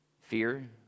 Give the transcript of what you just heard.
Fear